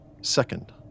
second